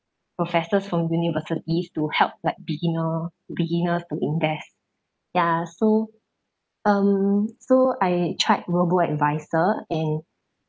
professors from universities to help like beginner beginners to invest ya so um so I tried robo adviser and